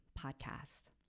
podcast